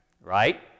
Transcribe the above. right